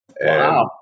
wow